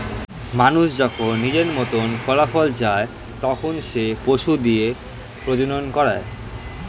মানুষ যখন নিজের মতন ফলাফল চায়, তখন সে পশু দিয়ে প্রজনন করায়